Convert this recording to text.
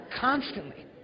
constantly